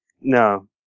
no